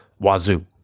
Wazoo